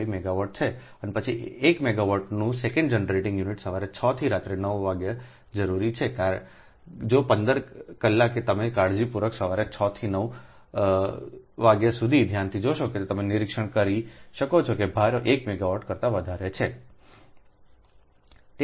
5 megawatt છે અને પછી 1 મેગાવાટનું સેકન્ડ જનરેટિંગ યુનિટ સવારે 6 થી રાત્રે 9 વાગ્યે જરૂરી છે કે જો 15 કલાક તમે કાળજીપૂર્વક સવારે 6 થી 9 વાગ્યા સુધી ધ્યાનથી જોશો કે તમે નિરીક્ષણ કરી શકો છો કે ભાર 1 મેગાવોટ કરતા વધારે છે